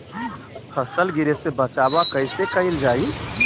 फसल गिरे से बचावा कैईसे कईल जाई?